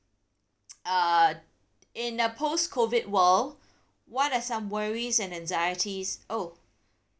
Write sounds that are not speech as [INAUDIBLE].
[NOISE] uh in a post COVID world what are some worries and anxieties oh